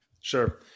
Sure